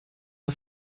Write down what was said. der